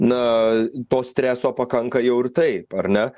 na to streso pakanka jau ir taip ar ne